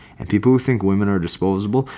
and people think women are disposable.